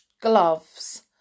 gloves